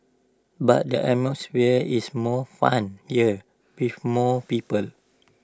but the atmosphere is more fun here with more people